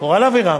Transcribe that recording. קורל אבירם